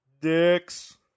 dicks